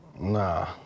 Nah